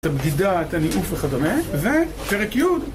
את הבגידה, את הניאוף וכדומה, ופרק יוד